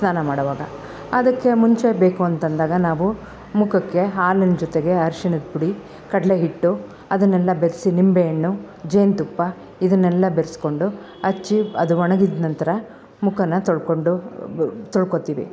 ಸ್ನಾನ ಮಾಡೋವಾಗ ಅದಕ್ಕೆ ಮುಂಚೆ ಬೇಕು ಅಂತಂದಾಗ ನಾವು ಮುಖಕ್ಕೆ ಹಾಲಿನ ಜೊತೆಗೆ ಅರ್ಶಿಣದ್ ಪುಡಿ ಕಡಲೆ ಹಿಟ್ಟು ಅದನ್ನೆಲ್ಲ ಬೆರೆಸಿ ನಿಂಬೆಹಣ್ಣು ಜೇನುತುಪ್ಪ ಇದನ್ನೆಲ್ಲ ಬೆರೆಸ್ಕೊಂಡು ಹಚ್ಚಿ ಅದು ಒಣಗಿದ ನಂತರ ಮುಖನ ತೊಳ್ಕೊಂಡು ತೊಳ್ಕೊತ್ತಿವಿ